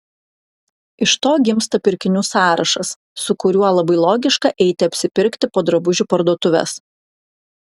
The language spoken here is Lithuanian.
iš to gimsta pirkinių sąrašas su kuriuo labai logiška eiti apsipirkti po drabužių parduotuves